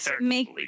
make